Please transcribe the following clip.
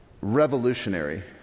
revolutionary